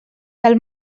del